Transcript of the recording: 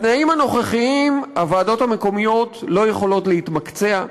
בתנאים הנוכחיים הוועדות המקומיות לא יכולות להתמקצע,